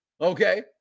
Okay